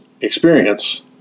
experience